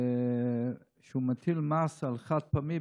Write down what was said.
לכך שהוא מטיל מס על חד-פעמי,